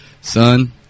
Son